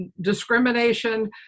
discrimination